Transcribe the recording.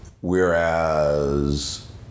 whereas